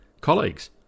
colleagues